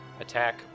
attack